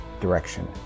direction